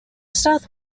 south